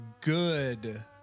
good